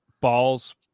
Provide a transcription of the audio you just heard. Balls